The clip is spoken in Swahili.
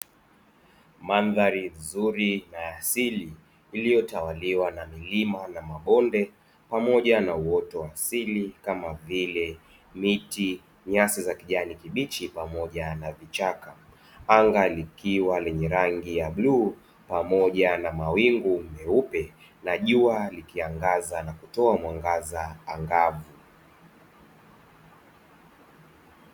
Mandhari nzuri na ya siri iliyotawaliwa na milima na mabonde pamoja na uoto wa asili kama vile; miti, nyasi za kijani kibichi pamoja na vichaka. Anga likiwa lenye rangu ya bluu pamoja na mawingu meupe na jua likiangaza na kutoa mwangaza angavu.